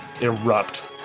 erupt